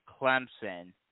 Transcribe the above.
Clemson